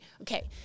Okay